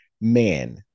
man